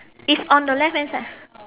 it's on the left hand side